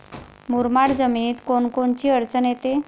मुरमाड जमीनीत कोनकोनची अडचन येते?